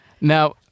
Now